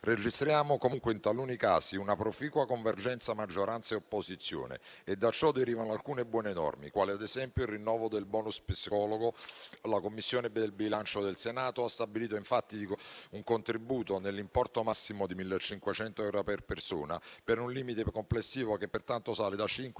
Registriamo comunque, in taluni casi, una proficua convergenza maggioranza-opposizione e da ciò derivano alcune buone norme, quali ad esempio il rinnovo del *bonus* psicologo. La Commissione bilancio del Senato ha stabilito infatti un contributo nell'importo massimo di 1.500 euro per persona, per un limite complessivo che pertanto sale da 5